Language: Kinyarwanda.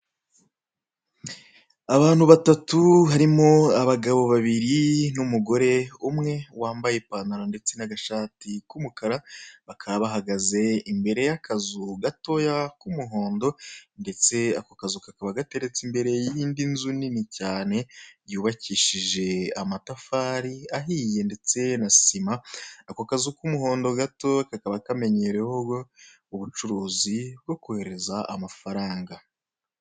Abantu batatu harimo; abagabo babiri n'umugore umwe, wambaye ipantaro ndetse n'agashati k'umukara bakaba bahagaze imbere y'akazu gatoya k'umuhondo, ndetse ako kazu kakaba gateretse imbere y'indi nzu nini cyane, yubakishije amatafari ahiye ndetse na sima, ako kazu k'umuhondo gato kakaba kamenyereweho ubucuruzi bwo kohereza amafaranga.